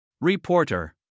Reporter